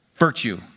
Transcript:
Virtue